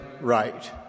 right